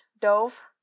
dove